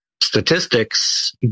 statistics